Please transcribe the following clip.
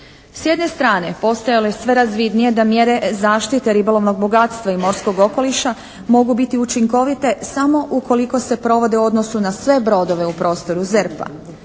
S jedne strane postojalo je sve razvidnije da mjere zaštite ribolovnog bogatstva i morskog okoliša mogu biti učinkovite samo ukoliko se provode u odnosu na sve brodove u prostoru ZERP-a.